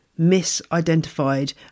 misidentified